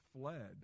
fled